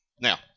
Now